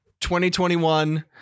2021